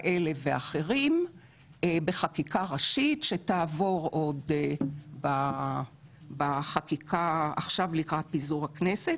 כאלה ואחרים בחקיקה ראשית שתעבור עוד בחקיקה עכשיו לקראת פיזור הכנסת,